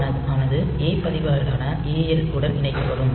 R0 ஆனது A பதிவேடான AL உடன் இணைக்கப்படும்